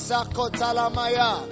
Sakotalamaya